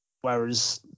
Whereas